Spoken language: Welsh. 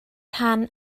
rhan